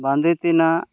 ᱵᱟᱸᱫᱮ ᱛᱤᱱᱟᱜ